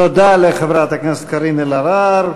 תודה לחברת הכנסת קארין אלהרר.